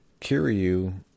Kiryu